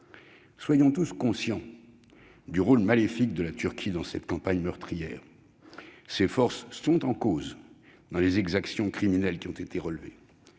Soyons tous conscients du rôle maléfique de la Turquie dans cette campagne meurtrière. Ses forces sont en cause dans les exactions criminelles qui ont été relevées.